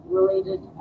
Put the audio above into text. related